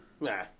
Nah